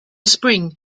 spring